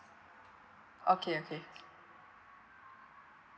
okay okay